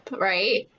right